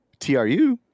TRU